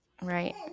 Right